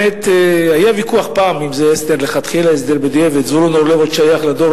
היה פעם ויכוח אם זה הסדר לכתחילה או הסדר בדיעבד.